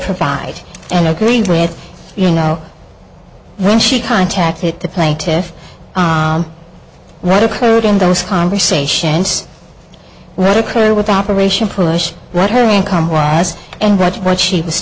provide and agreed with you know when she contacted the plaintiffs what occurred in those conversations would occur with operation push what her income was and watch what she was